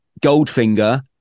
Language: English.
Goldfinger